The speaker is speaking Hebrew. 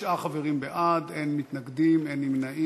תשעה חברים בעד, אין מתנגדים, אין נמנעים.